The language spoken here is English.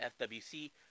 FWC